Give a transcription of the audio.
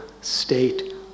state